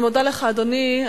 אני מודה לך, אדוני.